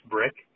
Brick